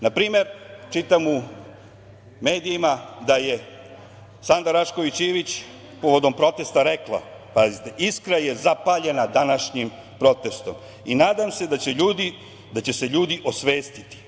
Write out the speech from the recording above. Na primer, čitam u medijima da je Sanda Rašković Ivić povodom protesta rekla, pazite: „Iskra je zapaljena današnjim protestom i nadam se da će se ljudi osvestiti.